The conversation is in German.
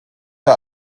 der